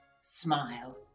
smile